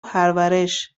پرورش